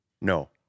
No